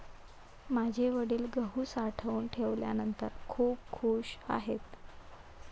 माझे वडील गहू साठवून ठेवल्यानंतर खूप खूश आहेत